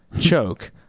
choke